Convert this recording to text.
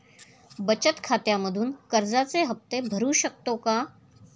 बचत खात्यामधून कर्जाचे हफ्ते भरू शकतो का?